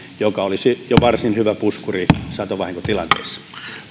joka olisi jo varsin hyvä puskuri satovahinkotilanteessa